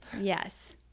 Yes